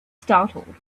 startled